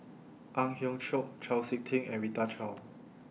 Ang Hiong Chiok Chau Sik Ting and Rita Chao